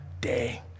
day